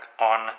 on